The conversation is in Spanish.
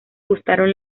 gustaron